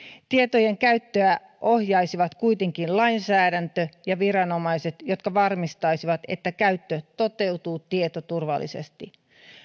tietojen käyttöä ohjaisivat kuitenkin lainsäädäntö ja viranomaiset jotka varmistaisivat että käyttö toteutuu tietoturvallisesti